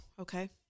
okay